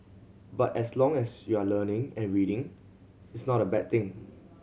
but as long as you are learning and reading it's not a bad thing